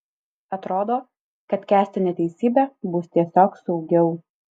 atrodo kad kęsti neteisybę bus tiesiog saugiau